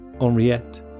Henriette